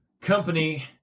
company